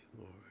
Lord